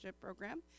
program